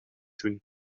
doen